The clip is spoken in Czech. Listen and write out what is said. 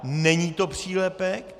Není to přílepek.